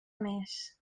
més